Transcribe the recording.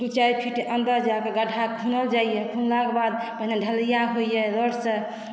दू चारि फीट अन्दर जाक गड्ढा खुनल जाइया खुनलाक बाद पहिने ढ़लैया होइया रोड सँ